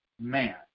man